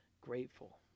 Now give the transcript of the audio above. grateful